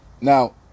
Now